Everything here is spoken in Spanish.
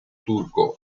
turco